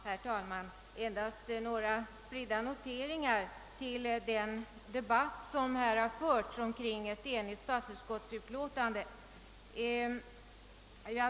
Herr talman! Endast några spridda noteringar till den debatt som här förts kring ett enigt statsutskottsutlåtande.